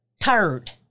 turd